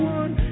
one